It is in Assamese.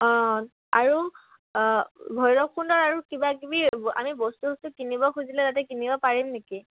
অঁ আৰু ভৈৰৱকুণ্ডৰ আৰু কিবাকিবি আমি বস্তু চস্তু কিনিব খুজিলে তাতে কিনিব পাৰিম নেকি